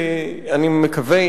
אני מקווה,